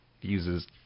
uses